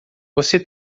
você